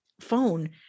phone